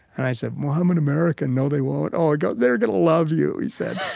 and i said, well i'm an american, no they won't. oh, god, they're going love you, he said.